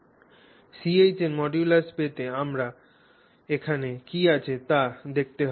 Ch এর মডুলাসটি পেতে আমাদের এখানে কী আছে তা দেখতে হবে